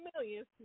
millions